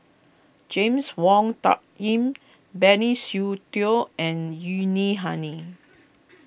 James Wong Tuck Yim Benny Seow Teo and Yuni honey